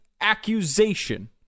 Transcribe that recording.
accusation